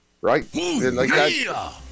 Right